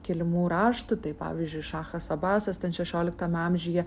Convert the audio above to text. kilimų raštų tai pavyzdžiui šachas abasas ten šešioliktame amžiuje